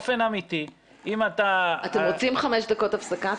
אתם רוצים חמש דקות הפסקה?